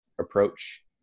approach